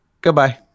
goodbye